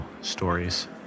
stories